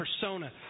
persona